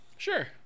Sure